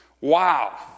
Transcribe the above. Wow